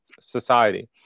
society